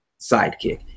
sidekick